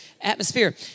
atmosphere